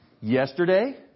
yesterday